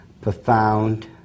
profound